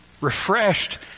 Refreshed